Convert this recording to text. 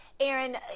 Aaron